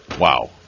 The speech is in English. Wow